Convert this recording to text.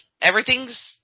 everything's